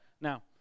Now